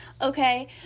okay